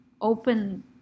open